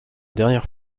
dernière